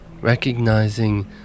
Recognizing